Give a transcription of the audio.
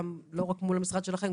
לא רק מול המשרד שלכם,